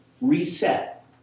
reset